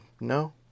No